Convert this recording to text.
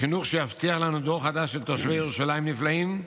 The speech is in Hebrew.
לחינוך שיבטיח לנו דור חדש של תושבי ירושלים נפלאים,